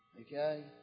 okay